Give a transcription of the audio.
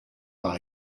par